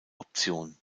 option